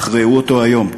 אך ראו אותו היום,